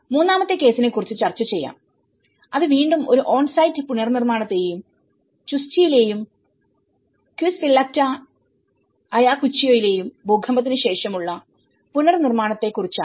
മൂന്നാമത്തെ കേസിനെക്കുറിച്ച് ചർച്ച ചെയ്യാംഅത് വീണ്ടും ഒരു ഓൺ സൈറ്റ് പുനർനിർമ്മാണത്തെയും ചുസ്ചിയിലെയും ക്വിസ്പില്ലക്റ്റ അയകുച്ചോയിലെഭൂകമ്പത്തിന് ശേഷമുള്ള പുനർനിർമ്മാണത്തെയും കുറിച്ചാണ്